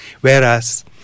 Whereas